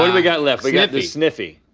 we we got left? we got the sniffy.